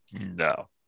No